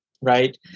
right